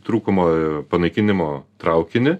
trūkumo panaikinimo traukinį